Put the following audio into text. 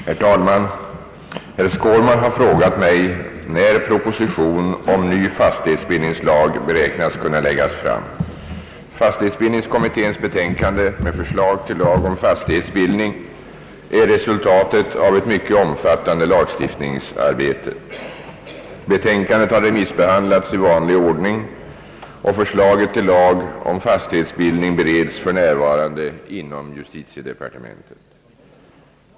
Herr talman! Herr Skårman har frågat mig när proposition om ny fastighetsbildningslag beräknas kunna läggas fram. Fastighetsbildningskommitténs betänkande med förslag till ny lag om fastighetsbildning är resultatet av ett mycket omfattande utredningsarbete. Betänkandet har remissbehandlats i vanlig ordning, och förslaget till lag om fastighetsbildning bereds f. n. inom justitiedepartementet.